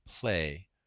play